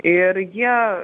ir jie